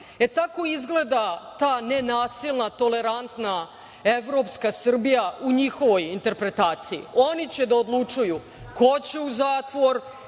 E, tako izgleda ta nenasilna tolerantna evropska Srbija u njihovoj interpretaciji. Oni će da odlučuju ko će u zatvor,